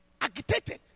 agitated